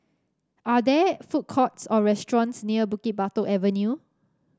are there food courts or restaurants near Bukit Batok Avenue